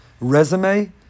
resume